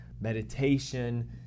meditation